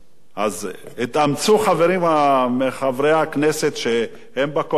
אז התאמצו חברים מחברי הכנסת שהם בקואליציה,